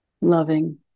loving